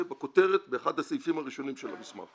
זה בכותרת, באחד הסעיפים הראשונים של המסמך.